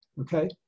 okay